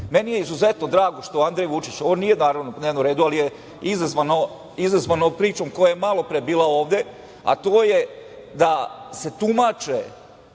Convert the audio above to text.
je izuzetno drago što Andrej Vučić, on nije naravno na dnevnom redu, ali je izazvano pričom koja je malopre bila ovde, a to je da se tumače